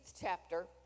chapter